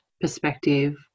perspective